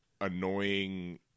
annoying